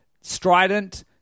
strident